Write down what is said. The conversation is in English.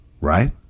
right